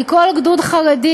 כי כל גדוד חרדי